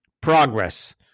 progress